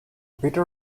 beta